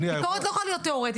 ביקורת לא יכולה להיות תיאורטית,